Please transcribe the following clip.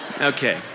Okay